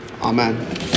Amen